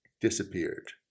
disappeared